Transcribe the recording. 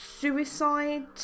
suicide